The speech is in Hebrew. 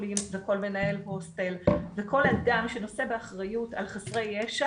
חולים וכל מנהל הוסטל וכל אדם שנושא באחריות על חסרי ישע,